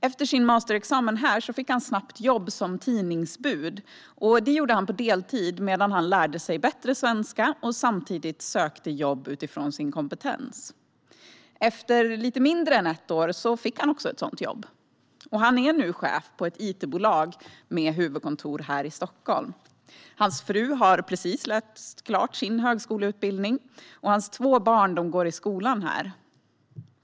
Efter sin masterexamen fick han snabbt jobb som tidningsbud, ett arbete han gjorde på deltid medan han lärde sig bättre svenska och samtidigt sökte jobb utifrån sin kompetens. Efter lite mindre än ett år fick han också ett sådant jobb. Han är nu chef på ett it-bolag med huvudkontor här i Stockholm. Hans fru har precis läst klart sin högskoleutbildning, och hans två barn går i skolan här.